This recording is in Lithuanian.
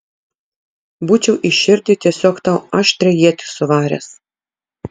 būčiau į širdį tiesiog tau aštrią ietį suvaręs